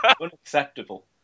Unacceptable